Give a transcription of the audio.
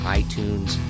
iTunes